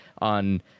on